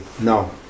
no